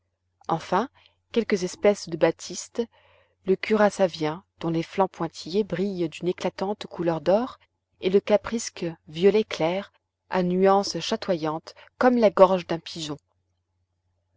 enfin quelques espèces de batistes le curassavien dont les flancs pointillés brillent d'une éclatante couleur d'or et le caprisque violet clair à nuances chatoyantes comme la gorge d'un pigeon